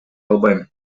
албайм